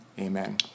Amen